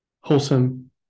wholesome